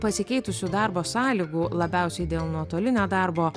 pasikeitusių darbo sąlygų labiausiai dėl nuotolinio darbo